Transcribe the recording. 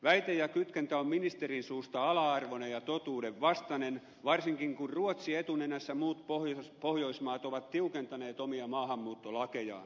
väite ja kytkentä on ministerin suusta ala arvoinen ja totuudenvastainen varsinkin kun muut pohjoismaat ruotsi etunenässä ovat tiukentaneet omia maahanmuuttolakejaan